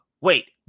wait